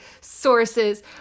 sources